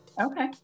Okay